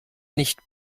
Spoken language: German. nicht